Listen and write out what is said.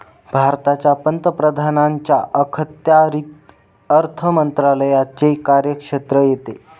भारताच्या पंतप्रधानांच्या अखत्यारीत अर्थ मंत्रालयाचे कार्यक्षेत्र येते